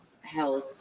held